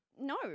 No